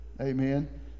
Amen